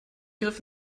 griff